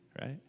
right